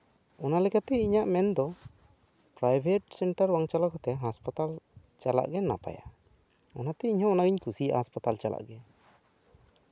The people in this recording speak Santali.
ᱚᱱᱟᱞᱮᱠᱟᱛᱮ ᱤᱧᱟᱹᱜ ᱢᱮᱱᱫᱚ ᱯᱨᱟᱭᱵᱷᱮᱴ ᱥᱮᱱᱴᱟᱨ ᱵᱟᱝ ᱪᱟᱞᱟᱣ ᱠᱟᱛᱮᱫ ᱦᱟᱸᱥᱯᱟᱛᱟᱞ ᱪᱟᱞᱟᱜ ᱜᱮ ᱱᱟᱯᱟᱭᱟ ᱚᱱᱟᱛᱮ ᱤᱧ ᱦᱚᱸ ᱚᱱᱟᱜᱤᱧ ᱠᱩᱥᱤᱭᱟᱜᱼᱟ ᱦᱟᱸᱥᱯᱟᱛᱟᱞ ᱪᱟᱞᱟᱜ ᱜᱮ